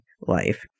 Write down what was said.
life